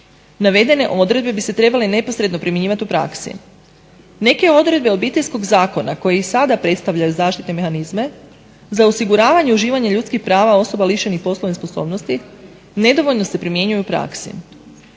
Navedene odredbe bi se trebale neposredno primjenjivati u praksi. Neke odredbe Obiteljskog zakona koji sada predstavlja zaštitne mehanizme za osiguravanje uživanja ljudskih prava osoba lišenih poslovne sposobnosti nedovoljno se primjenjuje u praksi.